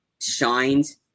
shines